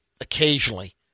occasionally